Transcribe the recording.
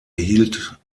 erhielt